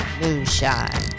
moonshine